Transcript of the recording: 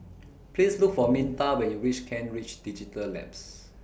Please Look For Minta when YOU REACH Kent Ridge Digital Labs